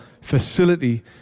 facility